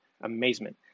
amazement